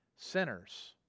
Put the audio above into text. sinners